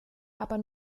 aber